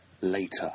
later